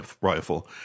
rifle